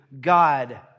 God